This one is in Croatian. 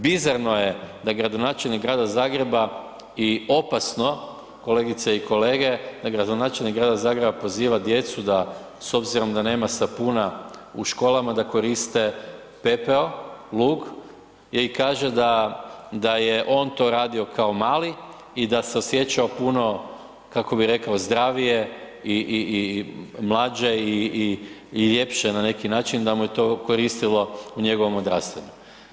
Bizarno je da gradonačelnik Grada Zagreba i opasno kolegice i kolege, da gradonačelnik Grada Zagreba poziva djecu da s obzirom da nema sapuna u školama da koriste pepeo, lug i kaže da, da je on to radio kao mali i da se osjećao, kako bi rekao, zdravije i, i, i mlađe i, i, i ljepše na neki način, da mu je to koristilo u njegovom odrastanju.